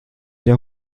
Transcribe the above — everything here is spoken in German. der